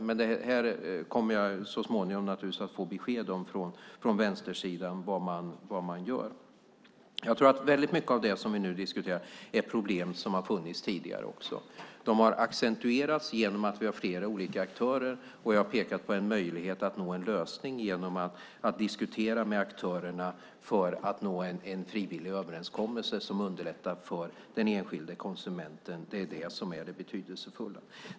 Men jag kommer naturligtvis så småningom att få besked från vänstersidan om vad man gör. Jag tror att mycket av det som vi nu diskuterar är problem som har funnits tidigare också. De har accentuerats genom att vi har flera olika aktörer. Jag har pekat på en möjlighet att nå en lösning genom att diskutera med aktörerna för att nå en frivillig överenskommelse som underlättar för den enskilda konsumenten. Det är det som är det betydelsefulla.